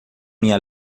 minha